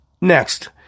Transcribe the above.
Next